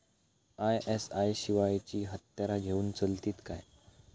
ISI शिवायची हत्यारा घेऊन चलतीत काय?